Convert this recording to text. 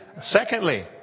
Secondly